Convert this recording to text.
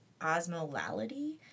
osmolality